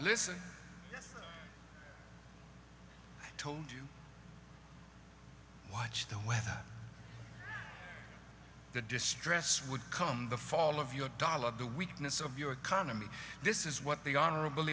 listen told you watch the weather the distress would come the fall of your dollar of the weakness of your economy this is what the honorable